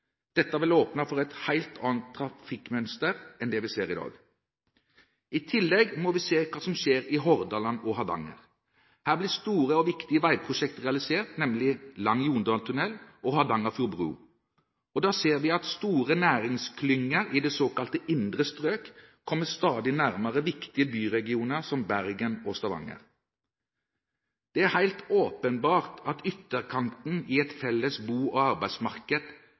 Dette vil åpne for et helt annet trafikkmønster enn det vi ser i dag. I tillegg må vi se på hva som skjer i Hordaland og Hardanger. Her blir store og viktige veiprosjekter realisert, nemlig Jondalstunnelen og Hardangerfjorden bru. Vi ser at store næringsklynger i det såkalte indre strøk kommer stadig nærmere viktige byregioner som Bergen og Stavanger. Det er helt åpenbart at ytterkanten i et felles bolig- og arbeidsmarked